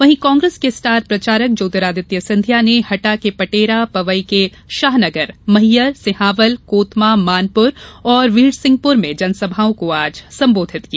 वहीं कांग्रेस के स्टार प्रचारक ज्योतिरादित्य सिंधिया ने हटा के पटेरा पवई के शाहनगर मैहर सिंहावल कोतमा मानपुर और वीरसिंहपुर में जनसभाओं को संबोधित किया